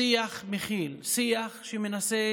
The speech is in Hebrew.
שיח מכיל, שיח שמנסה